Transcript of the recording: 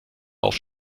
auch